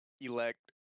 elect